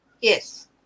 Yes